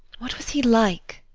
what was he like?